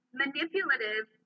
manipulative